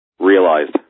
realized